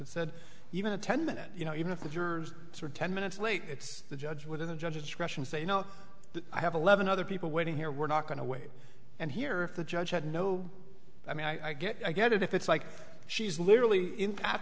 that said even a ten minute you know even if the jurors were ten minutes late it's the judge would have the judge's discretion to say you know i have eleven other people waiting here we're not going to wait and hear if the judge had no i mean i get i get it if it's like she's literally at